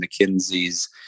McKinsey's